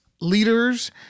leaders